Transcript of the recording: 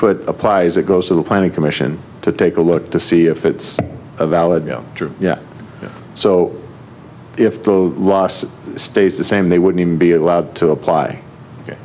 foot applies it goes to the planning commission to take a look to see if it's a valid yeah so if the loss stays the same they wouldn't be allowed to apply